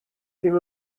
ddim